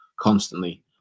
constantly